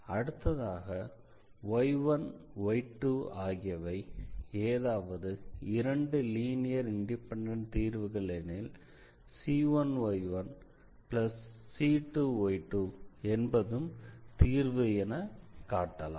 அடுத்ததாக y1y2 ஆகியவை ஏதாவது இரண்டு லீனியர் இண்டிபெண்டண்ட் தீர்வுகள் எனில் c1y1c2y2 என்பதும் தீர்வு எனக் காட்டலாம்